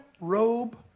robe